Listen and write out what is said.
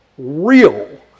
Real